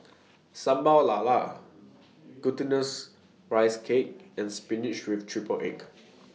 Sambal Lala Glutinous Rice Cake and Spinach with Triple Egg